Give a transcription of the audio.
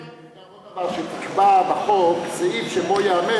ועוד דבר, שתקבע בחוק סעיף שבו ייאמר